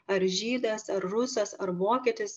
ar žydas ar rusas ar vokietis